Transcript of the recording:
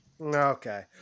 Okay